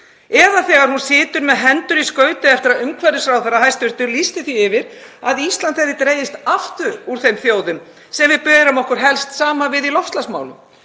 Eða þegar hún situr með hendur í skauti eftir að hæstv. umhverfisráðherra lýsti því yfir að Ísland hefði dregist aftur úr þeim þjóðum sem við berum okkur helst saman við í loftslagsmálum?